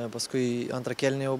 paskui antrą kėlinį jau